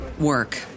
work